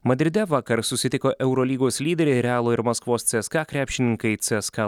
madride vakar susitiko eurolygos lyderiai realo ir maskvos cska krepšininkai cska